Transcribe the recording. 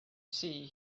sea